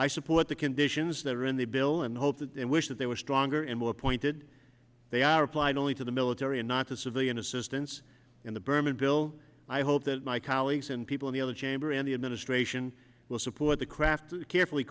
i support the conditions that are in the bill and hope that and wish that they were stronger and more pointed they are applied only to the military and not the civilian assistance in the berman bill i hope that my colleagues and people in the other chamber in the administration will support the craft a carefully